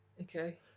Okay